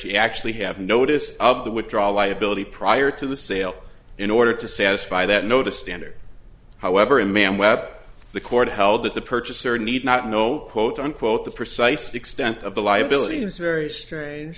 she actually have notice of the withdrawal liability prior to the sale in order to satisfy that notice standard however in man web the court held that the purchaser need not know quote unquote the precise extent of the liability is very strange